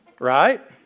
Right